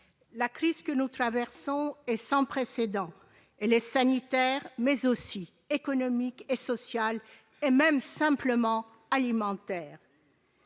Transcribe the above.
la crise que nous traversons est sans précédent. Elle est sanitaire, mais aussi économique et sociale, et même simplement alimentaire.